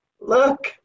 Look